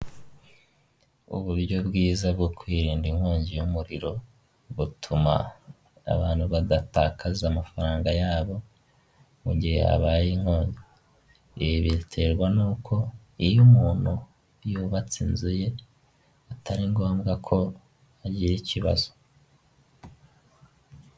Uburyo bwiza bwo kwirinda inkongi y'umuriro, butuma abantu badatakaza amafaranga yabo, mu gihe habaye inkongi. Ibi biterwa n'uko; iyo umuntu yubatse inzu ye, atari ngombwa ko agira ikibazo.